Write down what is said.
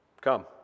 come